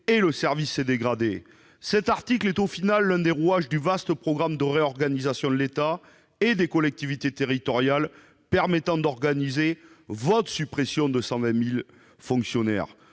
et le service s'est dégradé. Cet article est en définitive l'un des rouages du vaste programme de réorganisation de l'État et des collectivités territoriales, qui contribue à planifier votre suppression de 120 000 fonctionnaires,